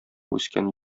үскән